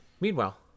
Meanwhile